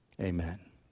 Amen